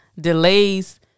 delays